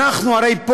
הרי אנחנו,